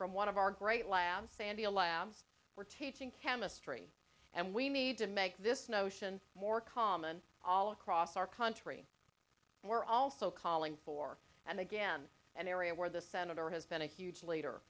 from one of our great labs sandia labs were teaching chemistry and we need to make this notion more common all across our country we're also calling for and again an area where the senator has been a huge leader